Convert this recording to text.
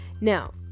now